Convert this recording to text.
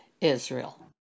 Israel